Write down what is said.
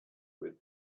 with